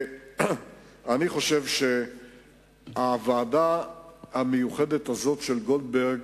אני חושב שהוועדה המיוחדת הזאת של גולדברג